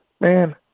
man